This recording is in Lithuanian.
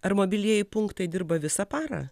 ar mobilieji punktai dirba visą parą